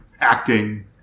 acting